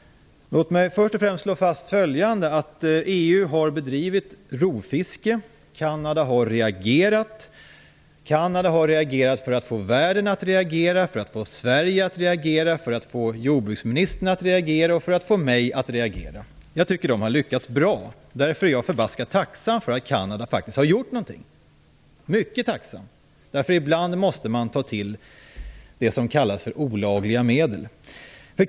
Låt mig först och främst slå fast följande: EU har bedrivit rovfiske. Kanada har reagerat. Kanada har reagerat för att få världen att reagera, för att få Sverige att reagera, för att få jordbruksministern att reagera och för att få mig att reagera. Jag tycker att man har lyckats bra. Därför är jag förbaskat tacksam för att Kanada faktiskt har gjort någonting. Jag är mycket tacksam! Ibland måste man ta till det som kallas för olagliga medel.